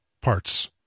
parts